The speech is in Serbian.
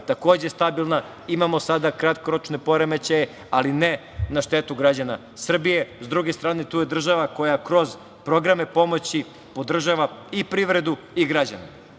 takođe, stabilna. Imamo sada kratkoročne poremećaje, ali ne na štetu građana Srbije, s druge strane, tu je država koja kroz programe pomoći podržava i privredu i građane. Dakle,